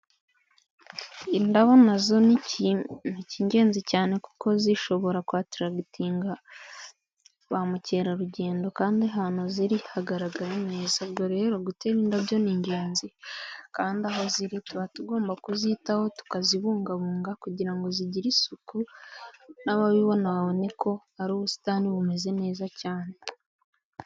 Indabo na zo ni ikintu k'ingenzi cyane kuko zishobora kwataragitinga ba mukerarugendo kandi ahantu ziri hagaragara neza, ubwo ero gutera indabyo ni ingenzi kandi aho ziri tuba tugomba kuzitaho tukazibungabunga kugira ngo zigire isuku n'ababibona babone ko ari ubusitani bumeze neza cyane.